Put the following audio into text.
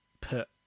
put